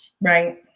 Right